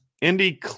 Indy